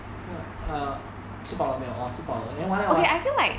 well err 吃饱了没有 orh 吃饱了 then 完了吗